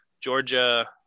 Georgia